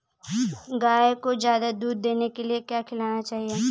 गाय को ज्यादा दूध देने के लिए क्या खिलाना चाहिए?